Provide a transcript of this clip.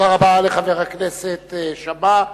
תודה רבה לחבר הכנסת שאמה.